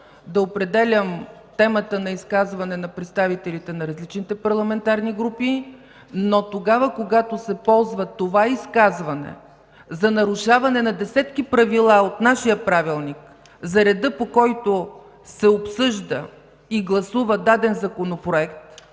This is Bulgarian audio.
да определям темата на изказване на представителите на различни парламентарни групи, но тогава когато се ползва това изказване за нарушаване на десетки правила от нашия Правилник за реда, по който се обсъжда и гласува даден законопроект,